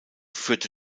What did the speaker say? führte